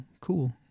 cool